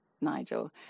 Nigel